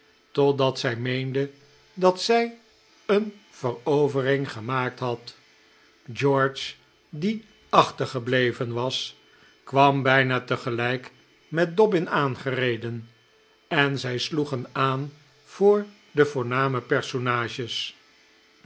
totdat zij meende dat zij een verovering gemaakt had george die achtergebleven was kwam bijna tegelijk met dobbin aangereden en zij sloegen aan voor de voorname personages